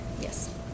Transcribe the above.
yes